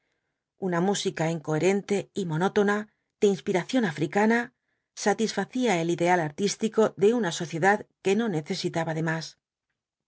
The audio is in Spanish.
una música incoherente y monótona de inspiración africana satisfacía el ideal artístico de una sociedad que no necesitaba de más